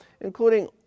including